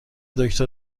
دکتر